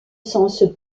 sens